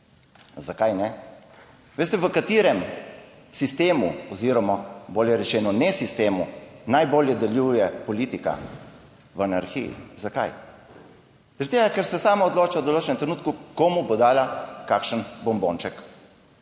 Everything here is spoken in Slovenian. Zakaj ne? Veste, v katerem sistemu oziroma, bolje rečeno, nesistemu najbolje deluje politika? V anarhiji. Zakaj? Zaradi tega, ker se sama odloča v določenem trenutku, komu bo dala kakšen bombonček.